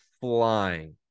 flying